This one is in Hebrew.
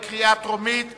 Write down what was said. (ביטול הגבלת מספר החברים בשותפות מקצועית),